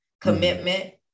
commitment